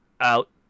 out